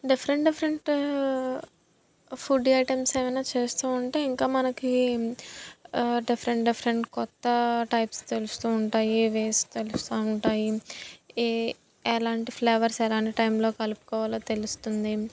different different food items ఏమన్నా చేస్తు ఉంటే ఇంకా మనకి డిఫ్రెంట్ డిఫ్రెంట్ కొత్త టైప్స్ తెలుస్తు ఉంటాయి వేస్ తెలుస్తు ఉంటాయి ఏ ఎలాంటి ఫ్లేవర్స్ ఎలాంటి టైంలో కలుపుకోవాలో తెలుస్తుంది